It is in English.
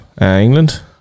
England